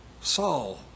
Saul